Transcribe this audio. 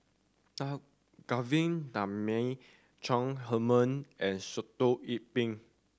Na Govindasamy Chong Heman and Sitoh Yih Pin